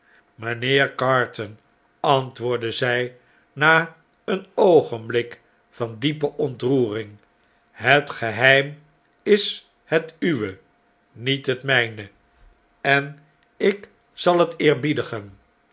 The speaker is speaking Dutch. mijnheer carton antwoordde zij na een oogenblik van diepe ontroering het geheim is het uwe niet het mjjne en ik zal het